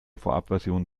vorabversion